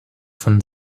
von